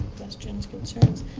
questions, concerns?